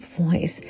voice